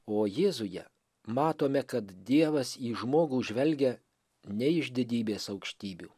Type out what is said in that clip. o jėzuje matome kad dievas į žmogų žvelgia ne iš didybės aukštybių